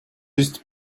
есть